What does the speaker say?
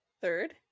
Third